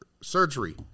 surgery